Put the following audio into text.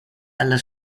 alla